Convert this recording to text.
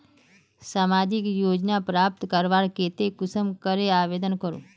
सामाजिक योजना प्राप्त करवार केते कुंसम करे आवेदन करूम?